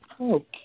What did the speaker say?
Okay